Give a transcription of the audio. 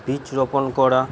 বীজ রোপণ করা